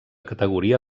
categoria